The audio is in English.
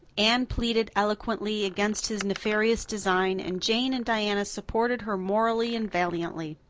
anne pleaded eloquently against his nefarious design and jane and diana supported her morally and valiantly.